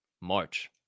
March